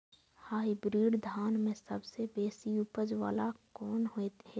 Hybrid धान में सबसे बेसी उपज बाला कोन हेते?